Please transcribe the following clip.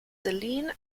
selene